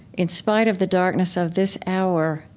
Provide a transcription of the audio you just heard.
in spite of the darkness of this hour,